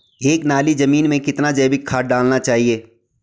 एक नाली जमीन में कितना जैविक खाद डालना चाहिए?